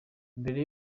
mbere